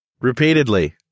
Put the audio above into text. repeatedly